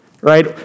right